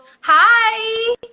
Hi